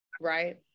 right